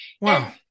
Wow